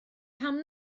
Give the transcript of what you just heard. pam